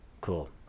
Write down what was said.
Cool